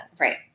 Right